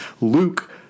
Luke